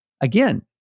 Again